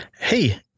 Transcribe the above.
hey